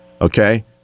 Okay